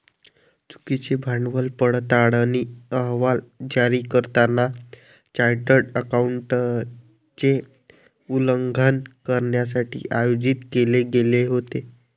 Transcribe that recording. चुकीचे भांडवल पडताळणी अहवाल जारी करताना चार्टर्ड अकाउंटंटचे उल्लंघन करण्यासाठी आयोजित केले गेले होते